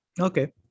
Okay